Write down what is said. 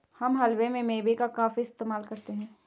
हम हलवे में मेवे का काफी इस्तेमाल करते हैं